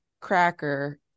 Cracker